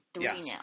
Yes